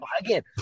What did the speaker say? Again